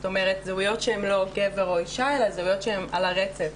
זאת אומרת זהויות שהן לא גבר או אישה אלא זהויות שהן על הרצף.